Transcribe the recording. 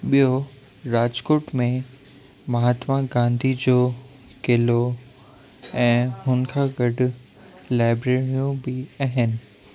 ॿियो राजकोट में महात्मा गांधीअ जो क़िलो ऐं हुन खां गॾु लाएबिररियूं बि आहिनि